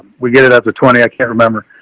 we get it up to twenty. i can't remember,